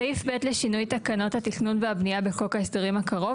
סעיף ב' לשינוי תקנות התכנון והבנייה בחוק ההסדרים קרוב,